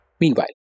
Meanwhile